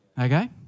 Okay